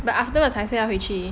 but afterwards 还是要回去